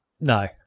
No